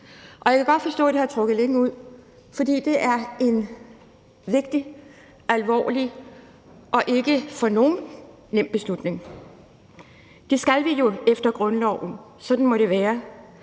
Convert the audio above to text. Jeg kan godt forstå, at det har trukket lidt ud, for det er en vigtig, alvorlig og ikke for nogen en nem beslutning. Det skal vi jo efter grundloven, og sådan må det være.